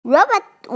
Robot